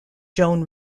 joan